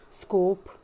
scope